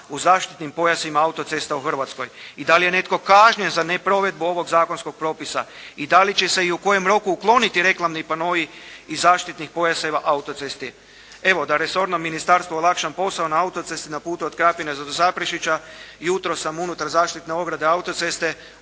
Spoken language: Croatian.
u zaštitnim pojasima autocesta u Hrvatskoj i da li je netko kažnjen za neprovedbu ovog zakonskog propisa i da li će se i u kojem roku ukloniti reklamni panoi iz zaštitnih pojaseva autoceste? Evo da resornom ministarstvu olakšam posao, na autocesti na putu od Krapine do Zaprešića jutros sam unutar zaštitne ograde autoceste,